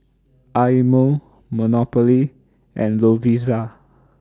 Eye Mo Monopoly and Lovisa